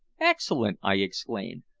excellent! i exclaimed,